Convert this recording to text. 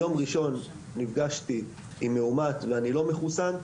יום ראשון נפגשתי עם מאומת ואני לא מחוסן,